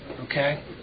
Okay